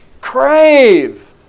crave